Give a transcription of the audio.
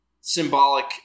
symbolic